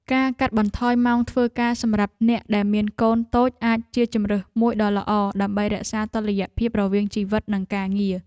ការកាត់បន្ថយម៉ោងធ្វើការសម្រាប់អ្នកដែលមានកូនតូចអាចជាជម្រើសមួយដ៏ល្អ ដើម្បីរក្សាតុល្យភាពរវាងជីវិតនិងការងារ។